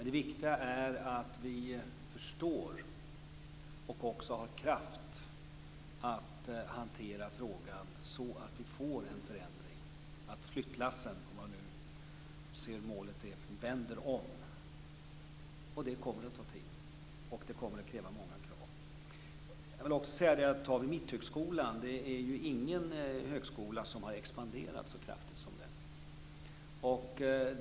Det viktiga är att vi förstår det här och att vi har kraft att hantera frågan så att vi får en förändring så att flyttlassen, om man nu ser det som målet, vänder om. Det kommer att ta tid. Det kommer att ställa många krav. Jag vill också säga något om Mitthögskolan. Det är ingen högskola som har expanderat så kraftigt som den.